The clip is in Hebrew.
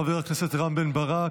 חבר הכנסת רם בן ברק,